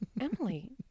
Emily